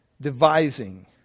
devising